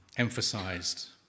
emphasized